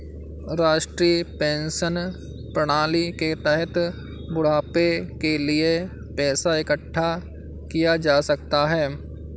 राष्ट्रीय पेंशन प्रणाली के तहत बुढ़ापे के लिए पैसा इकठ्ठा किया जा सकता है